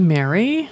Mary